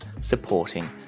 supporting